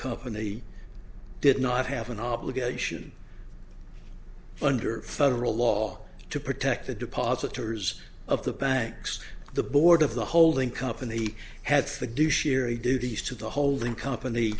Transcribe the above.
company did not have an obligation under federal law to protect the depositories of the banks the board of the holding company had the do sherry duties to the holding company